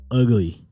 ugly